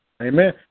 Amen